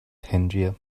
tangier